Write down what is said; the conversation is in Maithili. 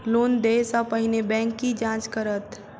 लोन देय सा पहिने बैंक की जाँच करत?